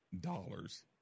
dollars